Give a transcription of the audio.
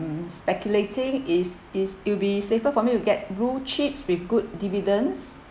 speculating it's it's it will be safer for me to get blue chips with good dividends